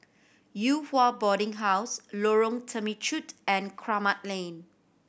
Yew Hua Boarding House Lorong Temechut and Kramat Lane